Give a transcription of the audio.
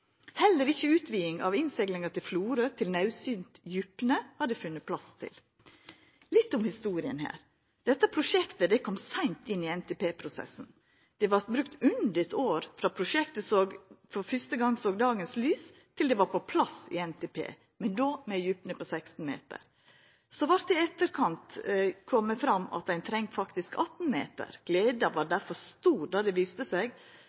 Heller ikkje utviding av innseglinga til Florø til naudsynt djupne har dei funne plass til. Litt om historia her: Dette prosjektet kom seint inn i NTP-prosessen. Det vart brukt under eit år frå prosjektet for fyrste gong såg dagens lys til det var på plass i NTP, men då med ei djupne på 16 meter. Så kom det i etterkant fram at ein faktisk treng 18 meter. Gleda var derfor stor då det viste seg